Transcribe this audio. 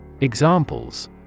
Examples